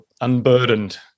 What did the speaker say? unburdened